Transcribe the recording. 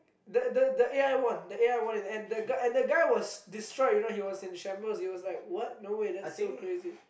the the the A_I the A_I won in the end and the the guy was destroyed you know he was in shambles he was like what no way that's so crazy